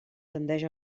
tendeix